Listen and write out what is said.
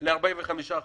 לכך.